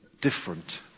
different